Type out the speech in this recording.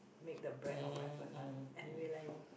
make the bread or whatever lah anyway let him